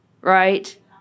right